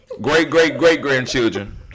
Great-great-great-grandchildren